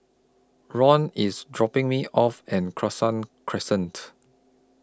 Roel IS dropping Me off and Cassia Crescent